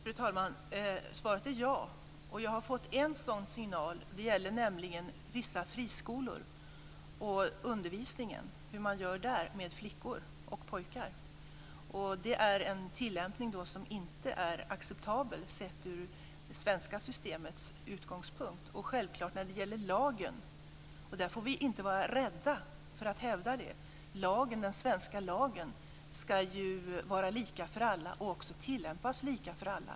Fru talman! Svaret är ja. Och jag har fått en sådan signal. Det gäller undervisningen i vissa friskolor och hur man gör där med flickor och pojkar. Det handlar om en tillämpning som inte är acceptabel från det svenska systemets utgångspunkt. Självklart ska den svenska lagen, och vi får inte vara rädda att hävda detta, vara lika för alla och tillämpas lika för alla.